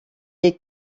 est